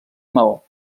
maó